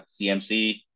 CMC